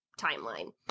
timeline